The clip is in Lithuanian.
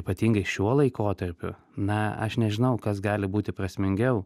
ypatingai šiuo laikotarpiu na aš nežinau kas gali būti prasmingiau